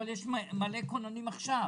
אבל יש מלא כוננים עכשיו.